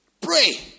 Pray